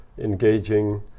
engaging